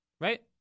Right